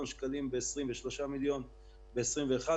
שקלים ב-2020 ו-3 מיליון שקלים ב-2021,